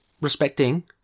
respecting